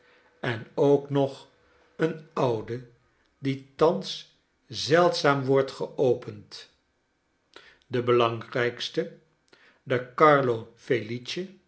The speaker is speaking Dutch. en ook nog een oude die thans zeldzaam wordt geopend de belangrijkste de carlo felice